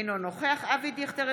אינו נוכח אבי דיכטר,